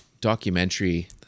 documentary